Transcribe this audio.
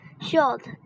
short